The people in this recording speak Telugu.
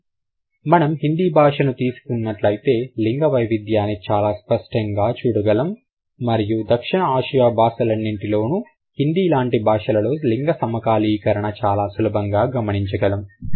కానీ మనం హిందీ భాషను తీసుకున్నట్లయితే లింగ వైవిధ్యాన్ని చాలా స్పష్టంగా చూడగలం మరియు దక్షిణ ఆసియ భాషలన్నింటిలోనూ హిందీ లాంటి భాషలలోనూ లింగ సమకాలీకరణ చాలా సులభంగా గమనించగలం